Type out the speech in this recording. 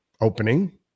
opening